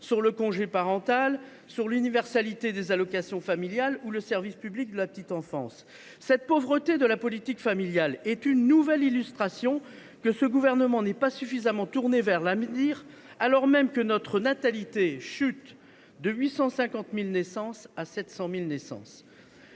sur le congé parental, sur l’universalité des allocations familiales ou sur le service public de la petite enfance. Cette pauvreté de la politique familiale est une nouvelle illustration que ce gouvernement n’est pas suffisamment tourné vers l’avenir, alors même que notre natalité chute de 850 000 naissances à 700 000 naissances.